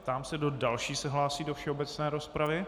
Ptám se, kdo další se hlásí do všeobecné rozpravy.